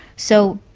so,